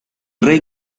rey